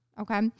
okay